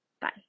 Bye